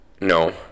No